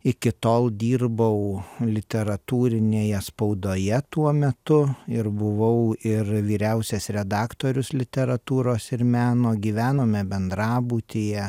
iki tol dirbau literatūrinėje spaudoje tuo metu ir buvau ir vyriausias redaktorius literatūros ir meno gyvenome bendrabutyje